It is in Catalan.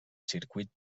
circuit